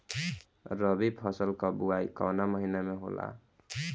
रबी फसल क बुवाई कवना महीना में होला?